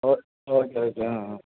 ఒక్ okay okay